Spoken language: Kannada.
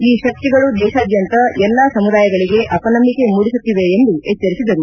ಈ ಶಕ್ತಿಗಳು ದೇಶಾದ್ದಂತ ಎಲ್ಲಾ ಸಮುದಾಯಗಳಿಗೆ ಅಪನಂಬಿಕೆ ಮೂಡಿಸುತ್ತಿವೆ ಎಂದು ಎಚ್ಚರಿಸಿದರು